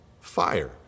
fire